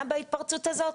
בהתפרצות הזאת?